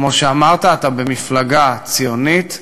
כמו שאמרת, אתה במפלגה ציונית,